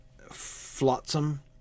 flotsam